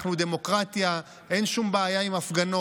אנחנו דמוקרטיה, אין שום בעיה עם הפגנות,